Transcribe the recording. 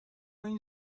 این